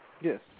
Yes